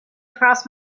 across